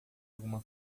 alguma